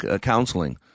counseling